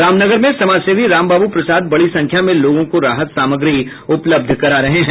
रामनगर में समाजसेवी रामबाबू प्रसाद बड़ी संख्या में लोगों को राहत सामग्री उपलब्ध करा रहे हैं